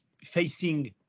Facing